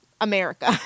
America